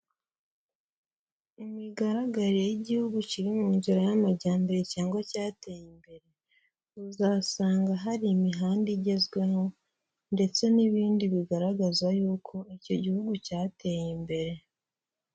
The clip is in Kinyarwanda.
Imigaragarire y'igihugu kiri mu nzira y'amajyambere cyangwa cyateye imbere, uzasanga hari imihanda igezweho ndetse n'ibindi bigaragaza yuko icyo gihugu cyateye imbere.